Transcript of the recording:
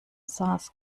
saß